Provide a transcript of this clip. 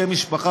שם משפחה,